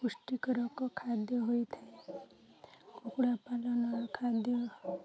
ପୁଷ୍ଟିକରକ ଖାଦ୍ୟ ହୋଇଥାଏ କୁକୁଡ଼ା ପାଳନ ଖାଦ୍ୟ